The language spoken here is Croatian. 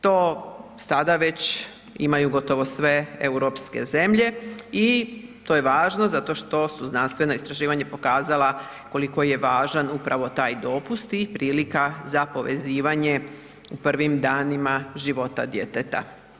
To sada već imaju gotovo sve europske zemlje i to je važno zato što su znanstvena istraživanja pokazala koliko je važan upravo taj dopust i prilika za povezivanje u prvim danima života djeteta.